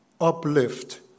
uplift